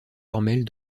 formelles